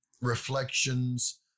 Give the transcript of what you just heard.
reflections